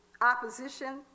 opposition